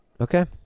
okay